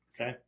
okay